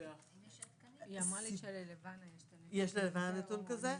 אולי יש ללבנה נתון כזה.